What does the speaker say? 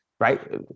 right